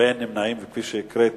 ואין נמנעים, כפי שהקראתי,